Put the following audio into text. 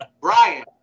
Brian